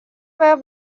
wer